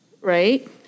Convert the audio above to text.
right